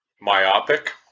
myopic